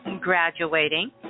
graduating